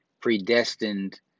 predestined